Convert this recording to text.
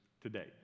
Today